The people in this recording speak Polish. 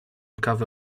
kawę